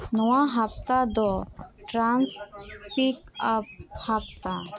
ᱱᱚᱣᱟ ᱦᱟᱯᱛᱟ ᱫᱚ ᱴᱨᱟᱥ ᱯᱤᱠᱼᱟᱯ ᱦᱟᱯᱛᱟ